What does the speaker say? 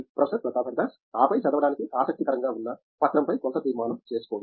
professor Pratap Haridas ఆపై చదవడానికి ఆసక్తికరంగా ఉన్న పత్రంపై కొంత తీర్మానం చేసుకోండి